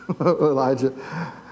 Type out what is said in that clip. Elijah